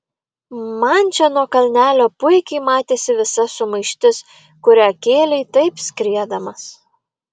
man čia nuo kalnelio puikiai matėsi visa sumaištis kurią kėlei taip skriedamas